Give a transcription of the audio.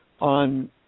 on